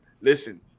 listen